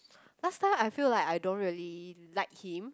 last time I feel like I don't really like him